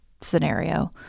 scenario